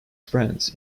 friends